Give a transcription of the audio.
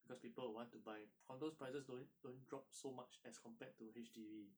because people will want to buy condos prices don't don't drop so much as compared to H_D_B